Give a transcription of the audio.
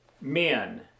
men